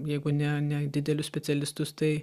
jeigu ne ne didelius specialistus tai